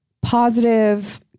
positive